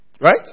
Right